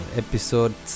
episode